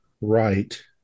right